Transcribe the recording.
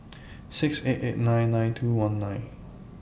six eight eight nine nine two one nine